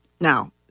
Now